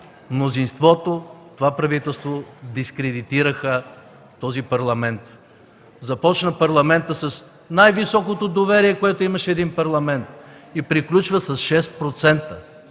мнозинството – това правителство, дискредитираха този Парламент. Парламентът започна с най-високото доверие, което имаше един Парламент, и приключва с 6%.